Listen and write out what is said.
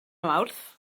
mawrth